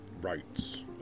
rights